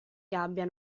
gabbia